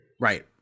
Right